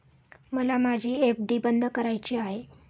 मला माझी एफ.डी बंद करायची आहे